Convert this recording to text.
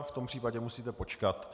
V tom případě musíte počkat.